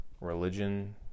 religion